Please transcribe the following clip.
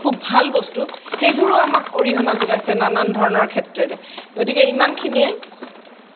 খুব ভাল বস্তু সেইবোৰো আমাক অৰিহণা যোগাইছে নানান ধৰণৰ ক্ষেত্ৰত গতিকে ইমানখিনিয়ে